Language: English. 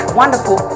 wonderful